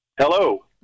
Hello